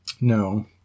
No